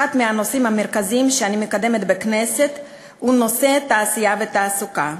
אחד הנושאים המרכזיים שאני מקדמת בכנסת הוא נושא התעשייה והתעסוקה,